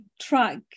track